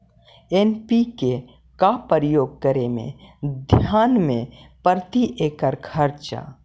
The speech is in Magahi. एन.पी.के का प्रयोग करे मे धान मे प्रती एकड़ खर्चा?